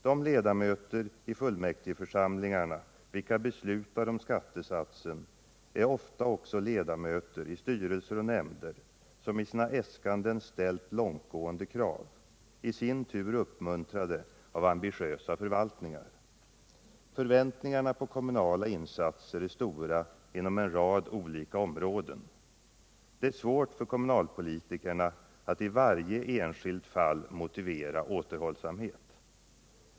De ledamöterna i fullmäktigeförsamlingarna vilka beslutar om skattesatsen är ofta också ledamöter i styrelser och nämnder, som i sina äskanden ställt långtgående krav — i sin tur uppmuntrade av ambitiösa förvaltningar. Förväntningarna på kommunala insatser är stora inom en rad olika områden. Det är svårt för kommunalpolitikerna att i varje enskilt fall motivera återhållsamhet.